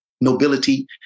nobility